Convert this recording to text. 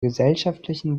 gesellschaftlichen